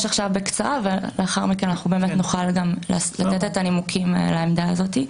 לאחר מכן נוכל לתת את הנימוקים לעמדה הזאת.